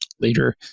later